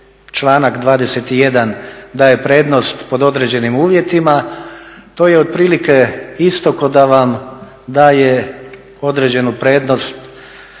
članak 21. daje prednost pod određenim uvjetima. To je otprilike isto kao da vam daje određenu prednost